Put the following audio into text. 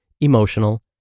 emotional